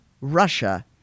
Russia